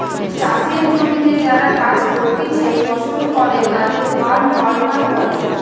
চাষের জমিতে যারা কাজ করতিছে ফসল ফলে তাদের ফার্ম ওয়ার্কার বলে